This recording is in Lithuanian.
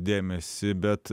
dėmesį bet